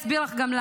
אני אספר לך סיפור.